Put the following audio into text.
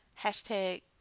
hashtag